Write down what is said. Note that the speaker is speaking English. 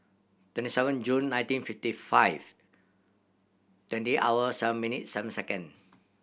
twenty seven June nineteen fifty five twenty hour seven minute seven second